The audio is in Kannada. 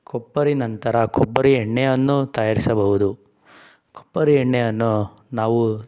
ಕೊಬ್ಬರಿ ನಂತರ ಕೊಬ್ಬರಿ ಎಣ್ಣೆಯನ್ನು ತಯಾರಿಸಬಹುದು ಕೊಬ್ಬರಿ ಎಣ್ಣೆಯನ್ನು ನಾವು